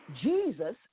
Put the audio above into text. Jesus